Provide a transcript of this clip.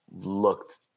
looked